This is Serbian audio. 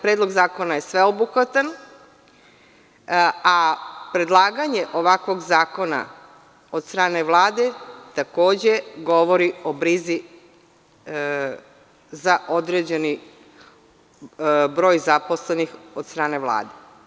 Predlog zakona je sveobuhvatan, a predlaganje ovakvog zakona od strane Vlade takođe govori o brizi za određeni broj zaposlenih od strane Vlade.